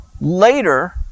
later